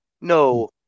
No